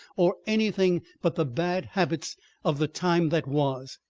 or anything but the bad habits of the time that was.